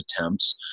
attempts